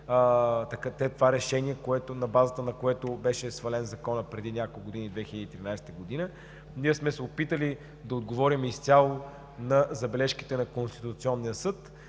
това решение, на базата на което беше свален Законът преди няколко години – 2013 г. Опитали сме се да отговорим изцяло на забележките на Конституционния съд